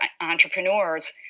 entrepreneurs